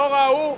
לא ראו.